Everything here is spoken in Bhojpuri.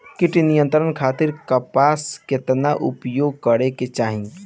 कीट नियंत्रण खातिर कपास केतना उपयोग करे के चाहीं?